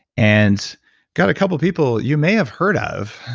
and got a couple of people you may have heard ah of.